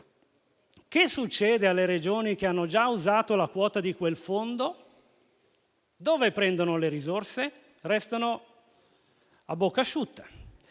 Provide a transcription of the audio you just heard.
che succede alle Regioni che hanno già usato la quota di quel fondo? Dove prendono le risorse? Restano a bocca asciutta.